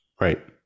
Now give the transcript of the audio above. Right